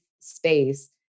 space